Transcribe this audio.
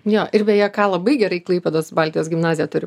jo ir beje ką labai gerai klaipėdos baltijos gimnazija turi